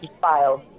filed